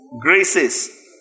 graces